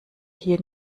hier